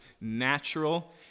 natural